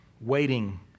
waiting